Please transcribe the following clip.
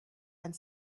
and